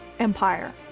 empire.